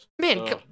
Man